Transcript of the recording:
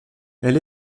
elle